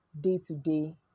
day-to-day